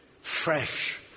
fresh